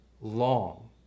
long